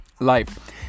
life